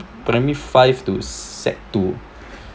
primary five to sec two